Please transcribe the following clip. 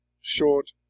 short